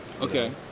Okay